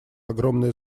огромное